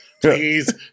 please